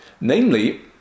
Namely